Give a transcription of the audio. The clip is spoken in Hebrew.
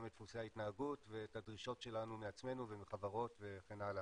את דפוסי ההתנהגות ואת הדרישות שלנו מעצמנו ומחברות וכן הלאה.